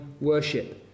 worship